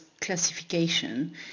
classification